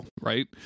right